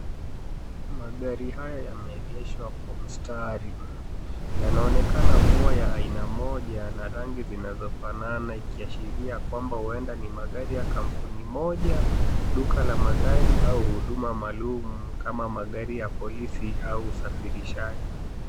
Magari haya yameegeshwa kwa mstari. Yanaonekana kuwa ya aina moja na rangi zinazofanana ikiashiria kwamba huenda ni magari ya kampuni moja, duka la magari au huduma maalum kama magari ya polisi au usafirishaji.